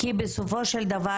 כי בסופו של דבר,